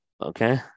okay